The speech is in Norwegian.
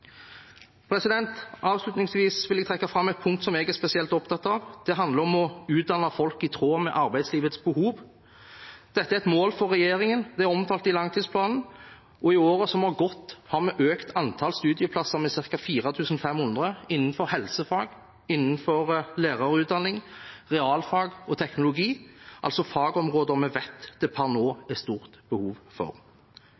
Avslutningsvis vil jeg trekke fram et punkt som jeg er spesielt opptatt av. Det handler om å utdanne folk i tråd med arbeidslivets behov. Dette er et mål for regjeringen. Det er omtalt i langtidsplanen, og i årene som har gått, har vi økt antall studieplasser med ca. 4 500 innenfor helsefag, innenfor lærerutdanning, realfag og teknologi, altså fagområder vi vet det per nå